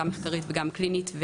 גם מחקרית וגם קלינית.